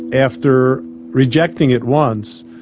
after rejecting it once,